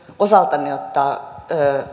osaltani ottaa